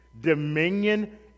dominion